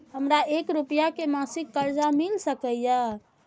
हमरा एक हजार रुपया के मासिक कर्जा मिल सकैये?